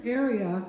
area